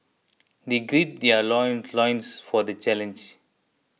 they gird their loin loins for the challenge